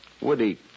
Woody